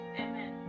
amen